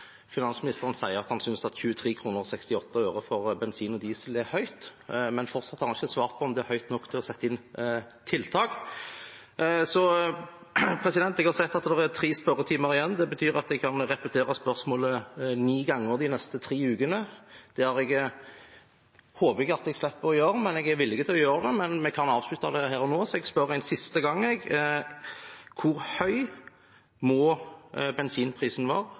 han synes at 23,68 kr for bensin og diesel er høyt, men fortsatt har han ikke svart på om det er høyt nok til å sette inn tiltak. Jeg har sett at det er tre spørretimer igjen, det betyr at jeg kan repetere spørsmålet ni ganger de neste tre ukene. Det håper jeg at jeg slipper å gjøre, jeg er villig til å gjøre det, men vi kan avslutte det her og nå, så jeg spør en siste gang: Hvor høy må bensinprisen være